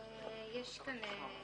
לפני הקריאה השנייה והשלישית: